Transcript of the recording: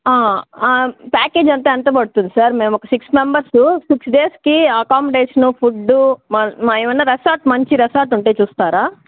మా ప్యాకేజ్ అంతా ఎంత పడుతుంది సార్ మేమొక సిక్స్ మెంబర్సు సిక్స్ డేస్కి అకామిడేషను ఫుడ్డు మ మ ఏమన్నా రెసార్ట్ మంచి రెసార్ట్ ఉంటే చూస్తారా